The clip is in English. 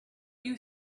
you